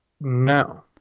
no